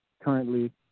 currently